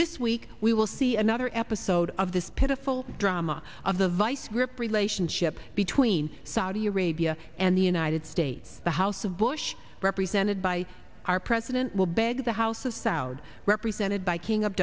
this week we will see another episode of this pitiful drama of the vice grip relationship between saudi arabia and the united states the house of bush represented by our president will beg the house of sowed represented by king